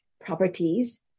properties